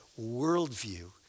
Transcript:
worldview